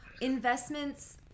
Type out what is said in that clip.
Investments